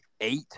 eight